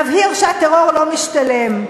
נבהיר שהטרור לא משתלם.